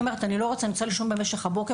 היא אומרת שהיא רוצה לישון במשך הבוקר